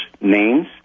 names